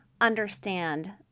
understand